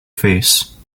face